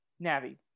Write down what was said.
Navi